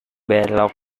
belok